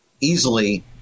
easily